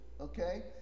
okay